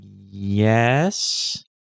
Yes